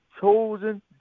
chosen